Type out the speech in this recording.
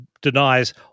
denies